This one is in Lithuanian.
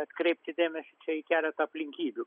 atkreipti dėmesį čia į keletą aplinkybių